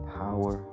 power